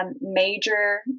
major